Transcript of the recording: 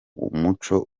umuco